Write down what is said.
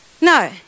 No